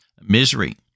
misery